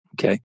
Okay